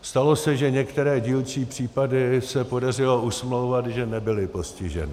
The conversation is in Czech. Stalo se, že některé dílčí případy se podařilo usmlouvat, že nebyly postiženy.